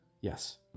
yes